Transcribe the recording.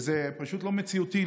וזה פשוט לא-מציאותי,